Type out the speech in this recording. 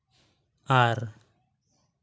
ᱟᱨ